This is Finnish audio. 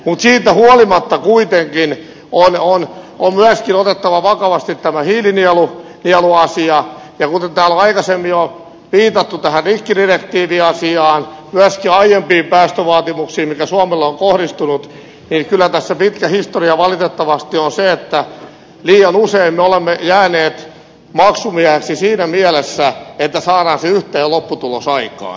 mutta siitä huolimatta kuitenkin on myöskin otettava vakavasti tämä hiilinieluasia ja kuten täällä on aikaisemmin jo viitattu tähän rikkidirektiiviasiaan myöskin aiempiin päästövaatimuksiin mitä suomelle on kohdistunut niin kyllä tässä pitkä historia valitettavasti on se että liian usein me olemme jääneet maksumieheksi siinä mielessä että saadaan se yhteinen lopputulos aikaan